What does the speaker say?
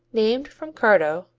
named from cardo,